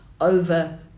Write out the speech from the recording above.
over